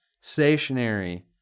stationary